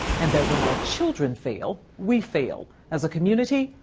and that when our children fail, we fail as a community,